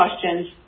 questions